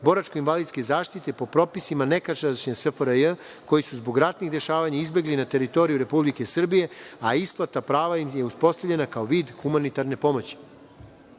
boračko-invalidske zaštite po propisima nekadašnje SFRJ koji su zbog ratnih dešavanja izbegli na teritoriju Republike Srbije, a isplata prava im je uspostavljena kao vid humanitarne pomoći. Daje